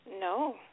No